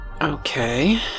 Okay